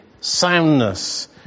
soundness